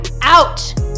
out